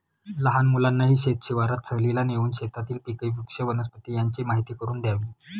लहान मुलांनाही शेत शिवारात सहलीला नेऊन शेतातील पिके, वृक्ष, वनस्पती यांची माहीती करून द्यावी